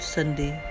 Sunday